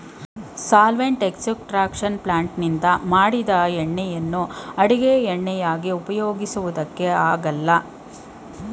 solvent extraction ಪ್ಲಾಂಟ್ನಿಂದ ಮಾಡಿದ್ ಎಣ್ಣೆನ ಅಡುಗೆ ಎಣ್ಣೆಯಾಗಿ ಉಪಯೋಗ್ಸಕೆ ಆಗಲ್ಲ